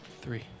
Three